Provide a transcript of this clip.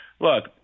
Look